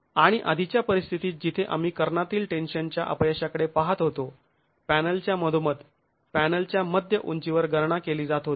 आणि आधीच्या परिस्थितीत जिथे आम्ही कर्णातील टेन्शनच्या अपयशाकडे पाहत होतो पॅनलच्या मधोमध पॅनलच्या मध्य उंचीवर गणना केली जात होती